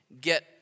get